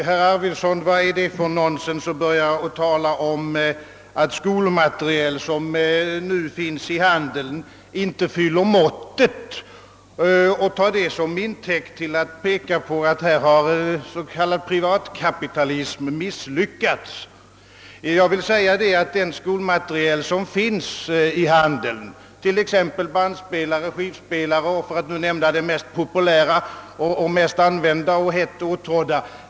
Herr talman! Vad är det för nonsens, herr Arvidson, att börja tala om att den skolmateriel, som nu finns i handeln, inte fyller måttet och att sedan ta det som intäkt för att peka på att här har s, k. privatkapitalism misslyckats? Det är inte något fel på den skolmateriel som finns i handeln, t.ex. bandspelare och skivspelare — för att nu nämna de mest populära, mest använda och hetast åtrådda.